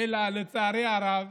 אשריך.